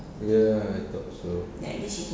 ya I thought so